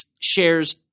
shares